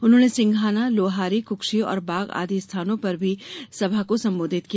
उन्होंने सिंघाना लोहारी कुक्षी और बाग आदि स्थानों पर भी सभा को संबोधित किया